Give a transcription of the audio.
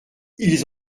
ils